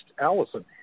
Allison